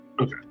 okay